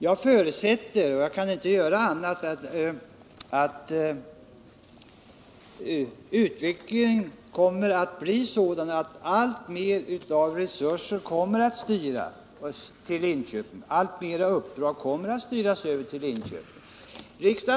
Jag förutsätter — och kan inte göra annat — att utvecklingen kommer att bli sådan att allt flera resurser och uppdrag kommer att styras till Linköping.